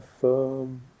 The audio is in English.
firm